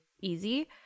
easy